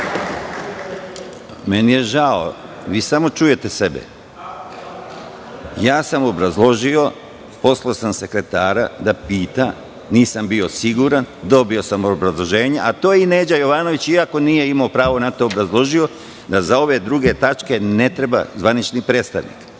meni je žao, vi samo čujete sebe. Obrazložio sam, poslao sam sekretara da pita, nisam bio siguran, dobio sam obrazloženje, a to je i Neđo Jovanović, iako nije imao pravo na to, obrazložio, da za ove druge tačke ne treba zvanični predstavnik,